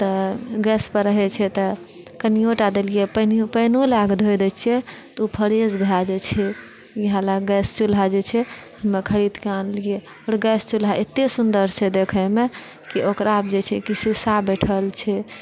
तऽ गैस पर रहैत छै तऽ कनिओ टा लेलियै पानी पानिओ लकऽ धोय दैत छियै तऽ फ्रेश भए जाइत छै इएह लकऽ गैस चूल्हा जे छै हम खरीदके आनलियै आओर गैस चूल्हा अतय सुन्दर छै देखयमे कि ओकरा पर जे छै कि शीशा बैठल छै